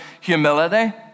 humility